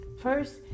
First